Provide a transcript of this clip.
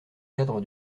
cadre